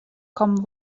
kommen